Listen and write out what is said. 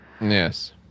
Yes